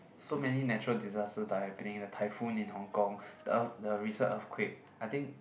so many natural disasters are happening the typhoon in hong-kong the earth~ the recent earthquake I think